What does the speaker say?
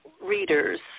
readers